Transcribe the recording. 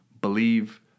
believe